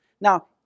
now